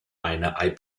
eine